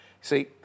See